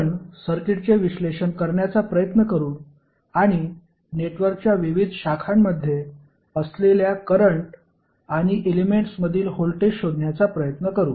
आपण सर्किटचे विश्लेषण करण्याचा प्रयत्न करू आणि नेटवर्कच्या विविध शाखांमध्ये असलेल्या करंट आणि एलेमेंट्समधील व्होल्टेज शोधण्याचा प्रयत्न करू